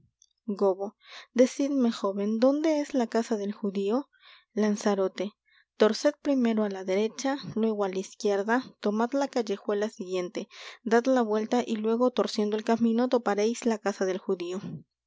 decidme jóven dónde es la casa del judío lanzarote torced primero á la derecha luego á la izquierda tomad la callejuela siguiente dad la vuelta y luego torciendo el camino topareis la casa del judío